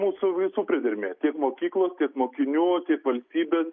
mūsų visų priedermė tiek mokyklos tiek mokinių tiek valstybės